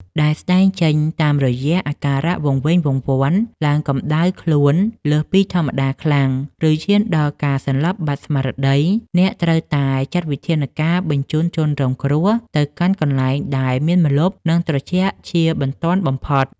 ដែលស្តែងចេញតាមរយៈអាការៈវង្វេងវង្វាន់ ឡើងកម្ដៅខ្លួនលើសពីធម្មតាខ្លាំង ឬឈានដល់ការសន្លប់បាត់ស្មារតី អ្នកត្រូវតែចាត់វិធានការបញ្ជូនជនរងគ្រោះទៅកាន់កន្លែងដែលមានម្លប់ និងត្រជាក់ជាបន្ទាន់បំផុត។